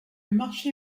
marché